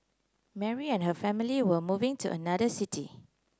Mary and her family were moving to another city